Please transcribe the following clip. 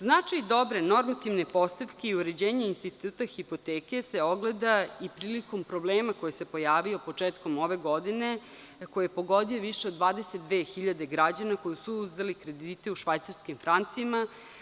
Značaj dobre normativne postavke i uređenje instituta hipoteke se ogleda i prilikom problema koji se pojavio početkom ove godine, koji je pogodio više od 22.000 građana koji su uzeli kredite u švajcarskim francima.